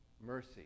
mercy